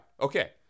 Okay